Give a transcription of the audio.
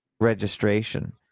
registration